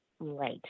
Right